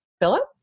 Philip